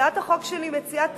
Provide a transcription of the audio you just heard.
הצעת החוק שלי מציעה תיקון,